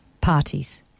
Parties